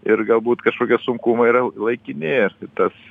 ir galbūt kažkokie sunkumai yra laikini ir tas